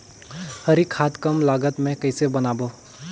हरी खाद कम लागत मे कइसे बनाबो?